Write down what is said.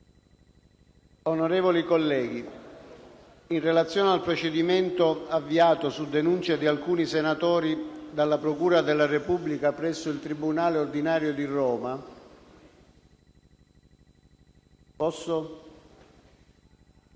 Onorevoli colleghi, in relazione al procedimento avviato su denuncia di alcuni senatori dalla procura della Repubblica presso il tribunale ordinario di Roma sui